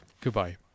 Goodbye